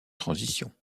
transition